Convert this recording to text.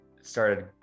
started